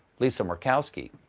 lisa murkowski.